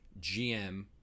GM